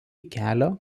kelio